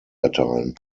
erteilen